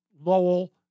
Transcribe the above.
Lowell